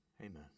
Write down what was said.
amen